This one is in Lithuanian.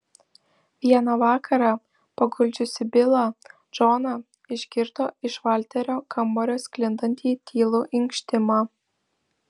vieną vakarą paguldžiusi bilą džoną išgirdo iš valterio kambario sklindantį tylų inkštimą